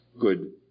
good